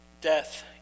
Death